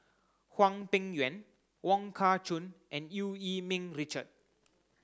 Hwang Peng Yuan Wong Kah Chun and Eu Yee Ming Richard